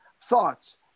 thoughts